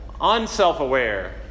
unself-aware